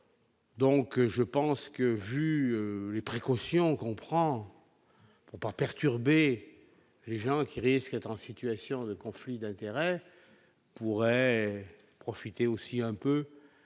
Donc je pense que vu les précautions comprend pas perturber les gens qui risque d'être en situation de conflit d'intérêts pourrait profiter aussi un peu